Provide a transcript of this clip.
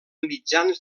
mitjans